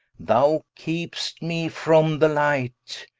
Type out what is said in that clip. thou keept'st me from the light,